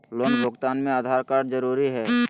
Loan भुगतान में Aadhaar card जरूरी है?